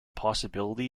possibility